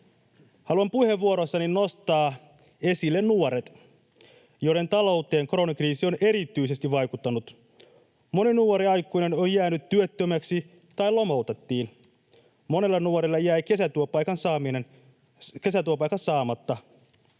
Haluan puheenvuorossani nostaa esille nuoret, joiden talouteen koronakriisi on erityisesti vaikuttanut. Moni nuori aikuinen on jäänyt työttömäksi tai lomautettiin. Monella nuorella jäi kesätyöpaikka saamatta.